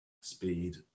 speed